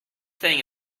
thing